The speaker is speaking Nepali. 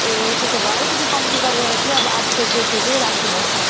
ए त्यसो भए अलिकति कम्ती गरेर चाहिँ आधी केजी जस्तो चाहिँ राखिदिनु होस् न